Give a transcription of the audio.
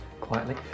quietly